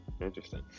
Interesting